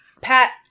pat